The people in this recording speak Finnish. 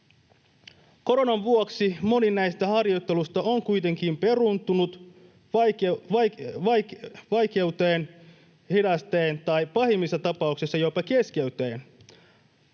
Koronan vuoksi moni näistä harjoitteluista on kuitenkin peruuntunut vaikeuttaen ja hidastaen ammattikoululaisen opintoja tai pahimmissa tapauksissa jopa keskeyttäen